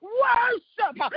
worship